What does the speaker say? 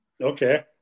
Okay